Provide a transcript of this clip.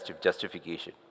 justification